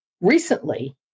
recently